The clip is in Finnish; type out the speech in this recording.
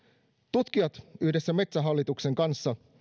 tutkijat yhdessä metsähallituksen kanssa